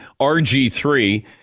RG3